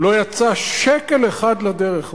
לא יצא עוד שקל אחד לדרך,